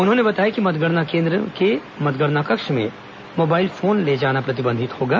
उन्होंने बताया कि मतगणना केंद्र के मतगणना कक्ष में मोबाइल फोन ले जाना प्रतिबंधित होगा